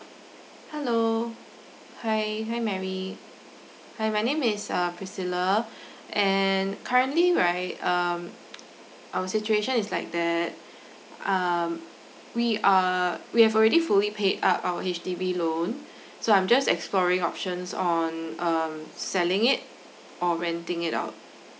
hello hi hi mary hi my name is uh priscilla and currently right um our situation is like that um we uh we have already fully paid up our H_D_B loan so I'm just exploring options on um selling it or renting it out